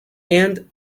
and